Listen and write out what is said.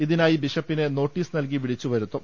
ഇതിനായി ബിഷപ്പിനെ നോട്ടീസ് നൽകി വിളിച്ചുവരുത്തും